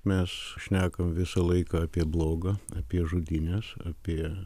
mes šnekam visą laiką apie bloga apie žudynes apie